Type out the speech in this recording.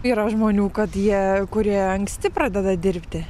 yra žmonių kad jie kurie anksti pradeda dirbti